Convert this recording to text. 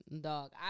Dog